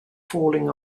falling